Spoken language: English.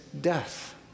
death